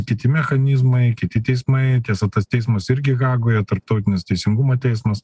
kiti mechanizmai kiti teismai tiesa tas teismas irgi hagoje tarptautinis teisingumo teismas